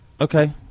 okay